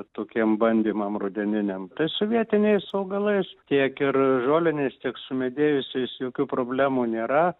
tokiem bandymam rudeniniam tai su vietiniais augalais tiek ir žoliniais tiek sumedėjusiais jokių problemų nėra